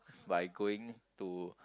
by going to